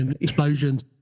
explosions